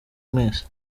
mwese